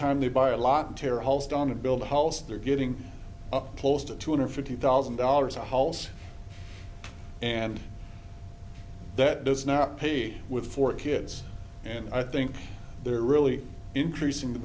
time they buy a lot tear holes down to build a house they're getting close to two hundred fifty thousand dollars a holes and that does not pay with four kids and i think they're really increasing the